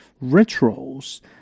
rituals